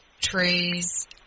trees